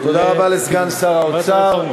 תודה רבה לסגן שר האוצר.